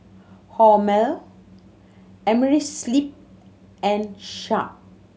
Hormel Amerisleep and Sharp